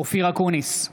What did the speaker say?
אופיר אקוניס,